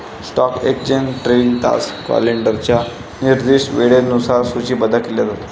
stock exchange trading तास क्लायंटच्या निर्दिष्ट वेळेनुसार सूचीबद्ध केले जातात